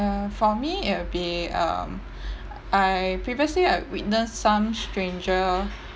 uh for me it'll be um I previously I witnessed some stranger